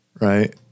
Right